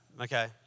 okay